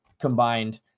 combined